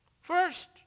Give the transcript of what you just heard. first